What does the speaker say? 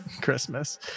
Christmas